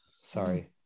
sorry